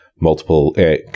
multiple